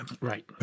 Right